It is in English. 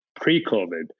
pre-COVID